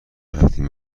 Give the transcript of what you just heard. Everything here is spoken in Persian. رفتیم